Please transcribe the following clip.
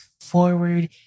forward